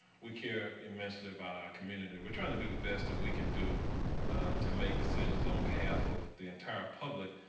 we care in misled about a community. we're trying to do the best that we can do to make decisions on behalf of the entire public.